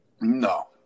No